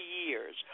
years